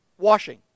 washing